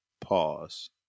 pause